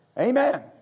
Amen